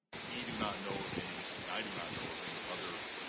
we do not know of any and i do not know of any other